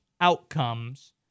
outcomes